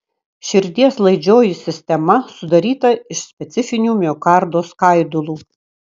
širdies laidžioji sistema sudaryta iš specifinių miokardo skaidulų